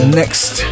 next